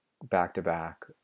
back-to-back